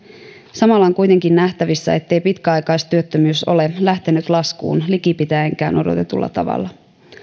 samalla on kuitenkin nähtävissä ettei pitkäaikaistyöttömyys ole lähtenyt laskuun likipitäenkään odotetulla tavalla